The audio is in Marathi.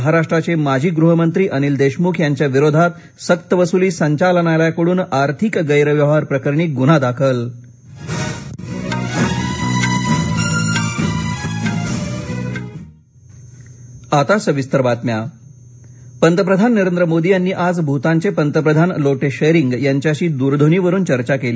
महाराष्ट्राचे माजी गृहमंत्री अनिल देशमुख यांच्या विरोधात सक्तवसुली संचालनालयाकडून आर्थिक गैरव्यवहार प्रकरणी गुन्हा दाखल पंतप्रधान पंतप्रधान नरेंद्र मोदी यांनी आज भूतानचे पंतप्रधान लोटे त्शेरिंग यांच्याशी दूरध्वनी वरून चर्चा केली